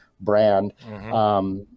brand